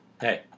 Hey